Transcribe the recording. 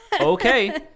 okay